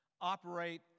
operate